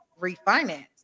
refinance